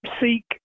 seek